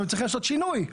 הם צריכים לעשות שינוי.